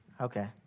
Okay